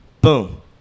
Boom